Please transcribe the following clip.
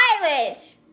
Irish